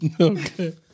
Okay